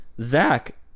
Zach